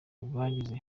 bagize